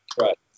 Right